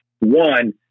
One